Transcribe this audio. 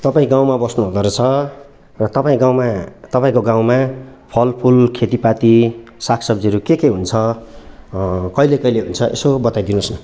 तपाईँ गाउँमा बस्नु हुँदो रहेछ र तपाईँ गाउँमा तपाईँको गाउँमा फलफुल खेतीपाती साग सब्जीहरू के के हुन्छ कहिले कहिले हुन्छ यसो बताइदिनुहोस् न